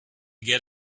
get